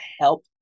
help